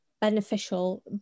beneficial